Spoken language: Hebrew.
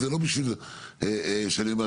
זה לא בשביל שאני אגיד,